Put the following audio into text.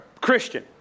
Christian